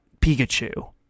Pikachu